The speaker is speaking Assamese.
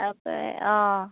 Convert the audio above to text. তাকে অঁ